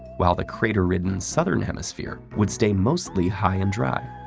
while the crater-ridden southern hemisphere would stay mostly high and dry.